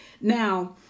Now